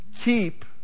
Keep